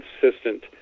consistent